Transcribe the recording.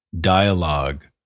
dialogue